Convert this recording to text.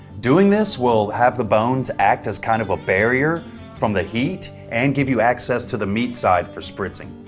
doing this will have the bones act as kind of a barrier from the heat, and give you access to the meat side for spritzing.